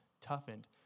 toughened